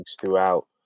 throughout